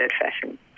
fashion